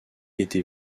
été